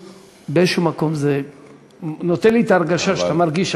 באיזה מקום זה נותן לי את אותה ההרגשה שאתה מרגיש,